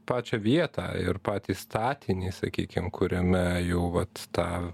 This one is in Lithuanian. pačią vietą ir patį statinį sakykim kuriame jau vat tą